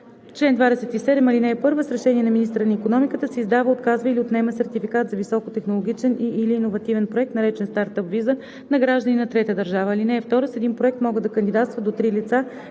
„Чл. 27. (1) С решение на министъра на икономиката се издава, отказва или отнема сертификат за високотехнологичен и/или иновативен проект, наречен „Стартъп виза“, на граждани на трета държава. (2) С един проект могат да кандидатстват до три лица,